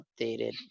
updated